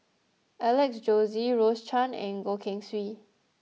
Alex Josey Rose Chan and Goh Keng Swee